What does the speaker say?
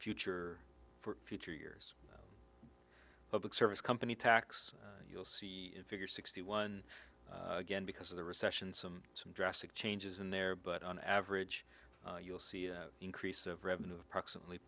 future for future years public service company tax you'll see figure sixty one again because of the recession some some drastic changes in there but on average you'll see an increase of revenue approximately